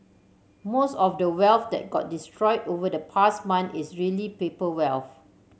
most of the wealth that got destroyed over the past month is really paper wealth